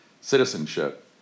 citizenship